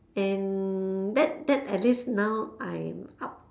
and that that at least now I'm up